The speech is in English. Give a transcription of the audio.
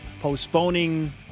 postponing